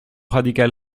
radical